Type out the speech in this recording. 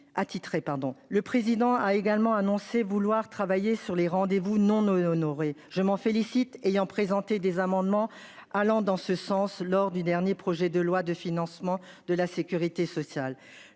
Le président a également annoncé vouloir travailler sur les rendez-vous non honorés, je m'en félicite ayant présenté des amendements allant dans ce sens lors du dernier projet de loi de financement de la Sécurité sociale.